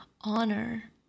honor